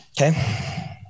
Okay